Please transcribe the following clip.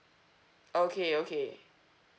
okay okay